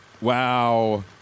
Wow